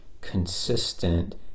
consistent